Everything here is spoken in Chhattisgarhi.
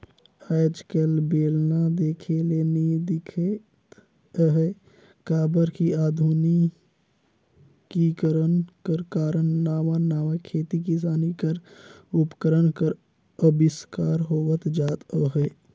आएज काएल बेलना देखे ले नी दिखत अहे काबर कि अधुनिकीकरन कर कारन नावा नावा खेती किसानी कर उपकरन कर अबिस्कार होवत जात अहे